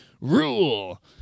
rule